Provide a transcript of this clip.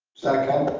second.